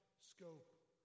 scope